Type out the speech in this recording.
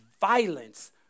Violence